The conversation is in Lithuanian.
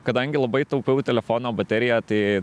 kadangi labai taupiau telefono bateriją tai